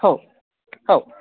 हो हो